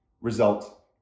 result